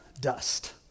dust